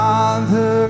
Father